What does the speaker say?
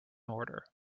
order